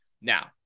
Now